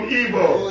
evil